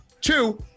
Two